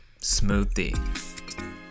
Smoothie